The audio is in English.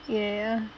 ya